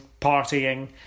partying